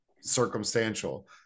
circumstantial